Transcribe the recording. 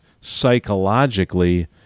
psychologically